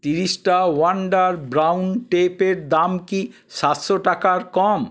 তিরিশটা wonder brown tape এর দাম কি সাতশো টাকার কম